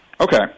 Okay